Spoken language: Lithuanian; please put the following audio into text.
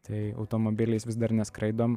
tai automobiliais vis dar neskraidom